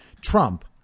Trump